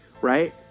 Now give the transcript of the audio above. right